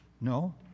No